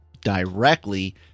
directly